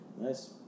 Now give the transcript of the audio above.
Nice